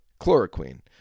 chloroquine